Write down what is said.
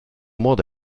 modo